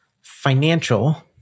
financial